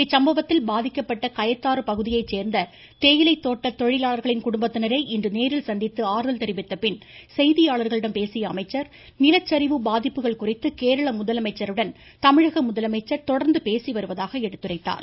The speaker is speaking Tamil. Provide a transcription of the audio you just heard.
இச்சம்பவத்தில் பாதிக்கப்பட்ட கயத்தாறு பகுதியை சேர்ந்த தேயிலை தோட்ட தொழிலாளர்களின் குடும்பத்தினரை இன்று நேரில் சந்தித்து ஆறுதல் தெரிவித்த பின் செய்தியாளர்களிடம் பேசிய அமைச்சர் நிலச்சரிவு பாதிப்புகள் குறித்து கேரள முதலமைச்சருடன் தமிழக முதலமைச்சர் தொடர்ந்து பேசி வருவதாக எடுத்துரைத்தார்